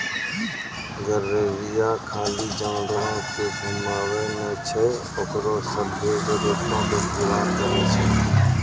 गरेरिया खाली जानवरो के घुमाबै नै छै ओकरो सभ्भे जरुरतो के पूरा करै छै